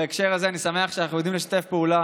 בהקשר הזה אני שמח שאנחנו יודעים לשתף פעולה